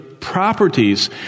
properties